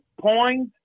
point